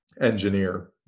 engineer